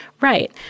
Right